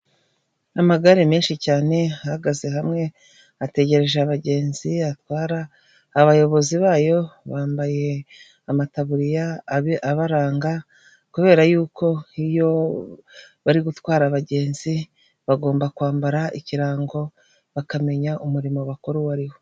Ni amagare menshi cyane ahagaze hamwe ategereje abagenzi atwara abayobozi bayo bambaye amataburiya abaranga, kubera yuko iyo bari gutwara abagenzi bagomba kwambara ikirango bakamenya umurimo bakora uwo ariho.